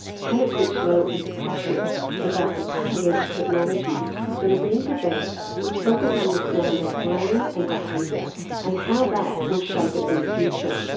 hannah critchlow is passionate about the cutting-edge technologies that are being developed which help us understand our brain and behaviour and how that will shape us in the future.